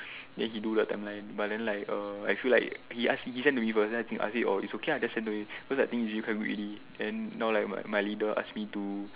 then he do the timeline but then like uh I feel like he ask he send to me first then I think ask me oh it's okay lah just send to me cause I think he did quite good already and now like my my leader ask me to